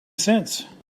since